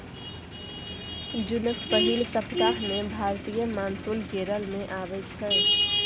जुनक पहिल सप्ताह मे भारतीय मानसून केरल मे अबै छै